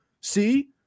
See